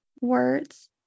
words